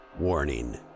Warning